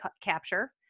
capture